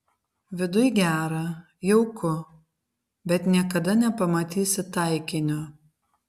viduj gera jauku bet niekada nepamatysi taikinio